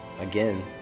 again